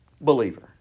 believer